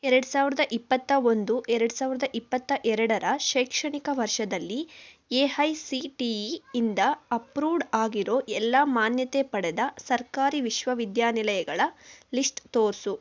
ಎರಡು ಸಾವಿರದ ಇಪ್ಪತ್ತ ಒಂದು ಎರಡು ಸಾವಿರದ ಇಪ್ಪತ್ತ ಎರಡರ ಶೈಕ್ಷಣಿಕ ವರ್ಷದಲ್ಲಿ A I C T E ಇಂದ ಅಪ್ರೂವ್ಡ್ ಆಗಿರೋ ಎಲ್ಲ ಮಾನ್ಯತೆ ಪಡೆದ ಸರ್ಕಾರಿ ವಿಶ್ವವಿದ್ಯಾನಿಲಯಗಳ ಲಿಸ್ಟ್ ತೋರಿಸು